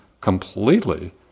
completely